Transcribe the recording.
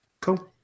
Cool